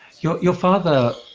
your your father,